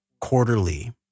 quarterly